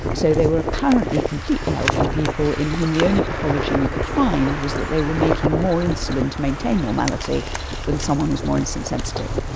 so they were apparently completely healthy people in whom the only pathology we could find was that they were making more insulin to maintain normality than someone who is more insulin sensitive.